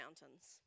mountains